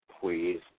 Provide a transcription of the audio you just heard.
please